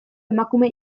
emakume